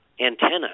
antenna